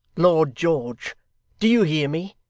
lord george do you hear me?